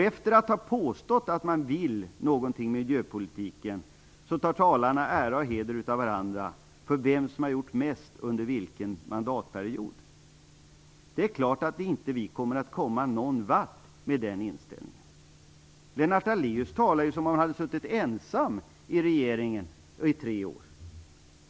Efter att ha påstått att man vill något i miljöpolitiken tar talarna ära och heder av varandra när det gäller vem som har gjort mest under respektive mandatperiod. Det är klart att vi inte kommer att komma någon vart med den inställningen. Lennart Daléus talar ju som om han hade suttit ensam i regeringen under tre år.